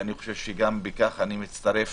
ואני חושב שבכך אני מצטרף